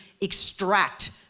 extract